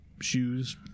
Shoes